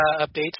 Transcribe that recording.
updates